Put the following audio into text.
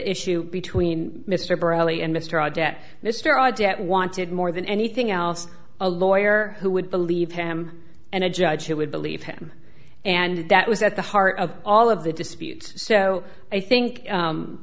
issue between mr bradley and mr our debt mr audit wanted more than anything else a lawyer who would believe him and a judge who would believe him and that was at the heart of all of the disputes so i think